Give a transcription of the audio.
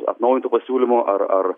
atnaujintu pasiūlymu ar ar